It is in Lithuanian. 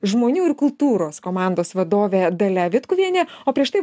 žmonių ir kultūros komandos vadovė dalia vitkuvienė o prieš tai